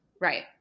Right